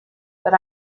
but